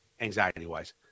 anxiety-wise